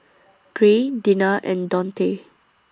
Gray Dinah and Daunte